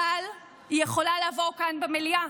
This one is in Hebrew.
אבל היא יכולה לעבור כאן במליאה,